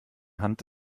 hand